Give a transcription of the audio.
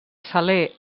saler